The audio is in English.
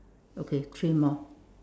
okay three more